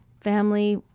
family